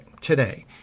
today